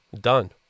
done